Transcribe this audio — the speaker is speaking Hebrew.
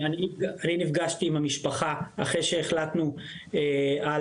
אני נפגשתי עם המשפחה אחרי שהחלטנו על